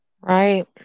right